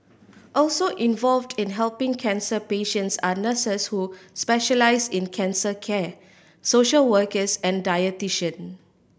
also involved in helping cancer patients are nurses who specialise in cancer care social workers and dietitian